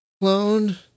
clone